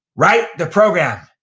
write the program.